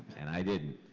and i didn't.